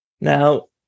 now